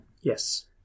Yes